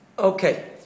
Okay